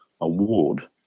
Award